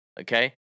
okay